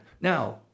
Now